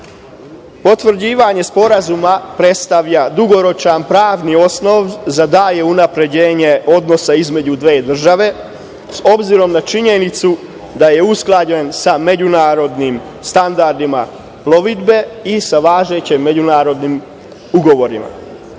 broda. Potvrđivanje sporazuma predstavlja dugoročan pravni osnov za dalje unapređenje odnosa između dve države, obzirom na činjenicu da je usklađen sa međunarodnim standardima plovidbe i sa važećim međunarodnim ugovorima.